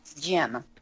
gym